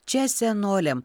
čia senoliam